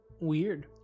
Weird